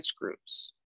groups